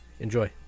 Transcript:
Enjoy